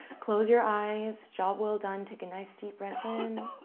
close your eyes. job well done. take a nice deep breath in,